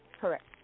Correct